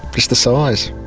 just the size.